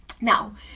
Now